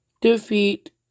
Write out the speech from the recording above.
defeat